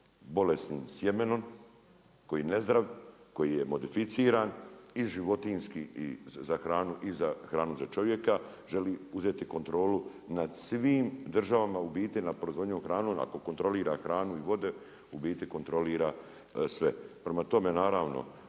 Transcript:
bolesnim sjemenom koji je nezdrav, koji je modificiran i životinjski i za hranu i za hranu za čovjeka, želi uzeti kontrolu nad svim državama u biti, na proizvodnju hrane, ako kontrolira hranu i vode u biti kontrolira sve. Prema tome naravno